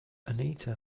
anita